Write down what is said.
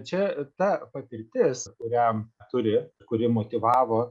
čia ta patirtis kurią turi kuri motyvavo